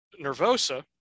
Nervosa